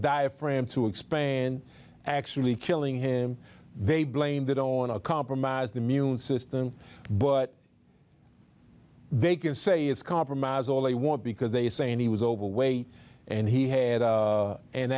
diaphragm to expand actually killing him they blamed it on a compromised immune system but they can say it's compromise all they want because they say and he was overweight and he had